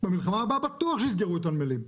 ובמלחמה הבאה בטוח שיסגרו את הנמלים.